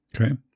Okay